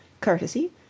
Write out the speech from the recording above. courtesy